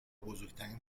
بزرگترین